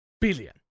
billion